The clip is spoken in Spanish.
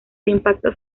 impactos